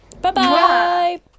Bye-bye